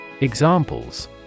Examples